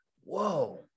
Whoa